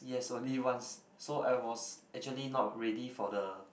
yes only once so I was actually not ready for the